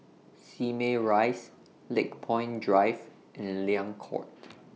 Simei Rise Lakepoint Drive and Liang Court